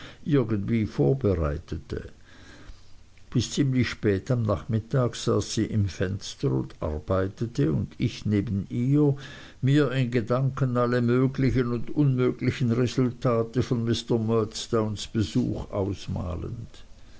irgendwie vorbereitete bis ziemlich spät am nachmittag saß sie im fenster und arbeitete und ich neben ihr mir in gedanken alle möglichen und unmöglichen resultate von mr murdstones besuch ausmalend